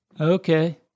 Okay